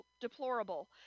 deplorable